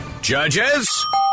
Judges